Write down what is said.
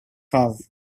have